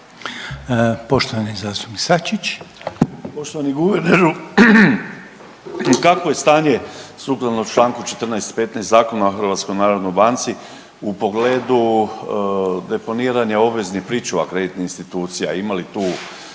Poštovani zastupnik Sačić.